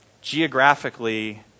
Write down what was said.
Geographically